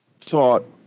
thought